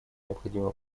необходимо